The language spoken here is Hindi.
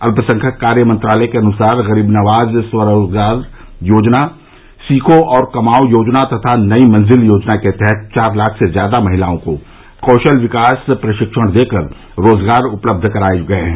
अल्प संख्यक कार्य मंत्रालय के अनुसार ग़रीब नवाज़ स्वरोजगार योजना सीखो और कमाओ योजना तथा नई मंज़िल योजना के तहत चार लाख से ज्यादा महिलाओं को कौशल विकास प्रशिक्षण देकर रोजगार उपलब्ध कराये गये हैं